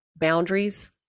boundaries